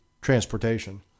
transportation